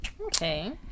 okay